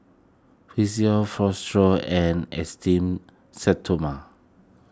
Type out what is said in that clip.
Physiogel Futuro and Esteem Stoma